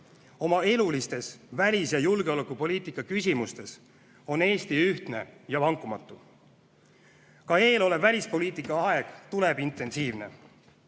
oma elulistes välis- ja julgeolekupoliitika küsimustes on Eesti ühtne ja vankumatu. Ka eelolev välispoliitikaaeg tuleb intensiivne.